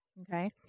Okay